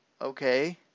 okay